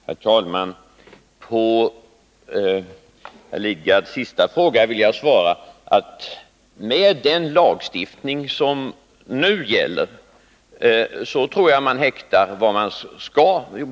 Herr talman! På herr Lidgards sista fråga vill jag svara, att jag tror att med den lagstiftning som nu gäller häktar man vad man skall.